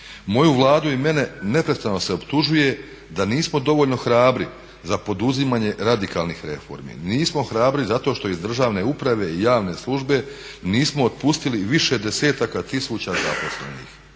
Moju Vladu i mene neprestano se optužuje da nismo dovoljni hrabri za poduzimanje radikalnih reformi. Nismo hrabri zato što iz državne uprave i javne službe nismo otpustili više desetaka tisuća zaposlenih.